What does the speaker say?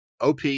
OP